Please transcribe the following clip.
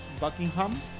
Buckingham